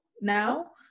now